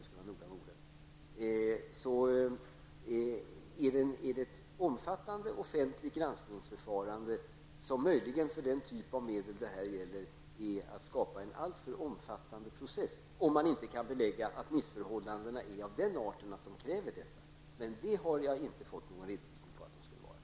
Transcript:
Det innebär ett betydande offentligt granskningsförfarande som för den här typen av medel skulle leda till en alltför omfattande process, om man inte har belägg för att missförhållandena är av den arten att det är nödvändigt med ett sådant förfarande, men det har jag inte fått några underrättelser om.